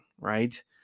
right